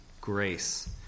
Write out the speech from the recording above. grace